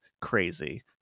crazy